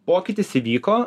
pokytis įvyko